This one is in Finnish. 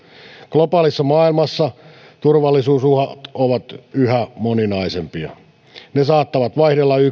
globaalissa maailmassa turvallisuusuhat ovat yhä moninaisempia ne saattavat vaihdella yksilöiden